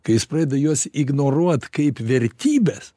kai jis pradeda juos ignoruot kaip vertybes